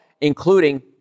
including